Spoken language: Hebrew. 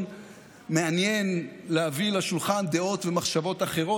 מעניין להביא לשולחן דעות ומחשבות אחרות.